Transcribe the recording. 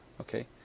Okay